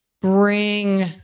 bring